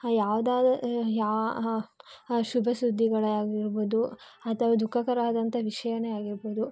ಯಾವ್ದಾದ್ ಯಾ ಹಾಂ ಆ ಶುಭ ಸುದ್ದಿಗಳೇ ಆಗಿರ್ಬೋದು ಅಥವಾ ದುಃಖಕರವಾದಂಥ ವಿಷಯನೇ ಆಗಿರ್ಬೋದು